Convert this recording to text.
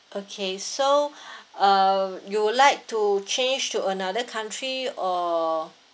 okay so uh you'd like to change to another country or